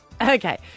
Okay